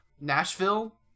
nashville